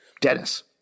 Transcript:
Dennis